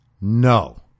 No